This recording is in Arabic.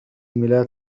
ميلاد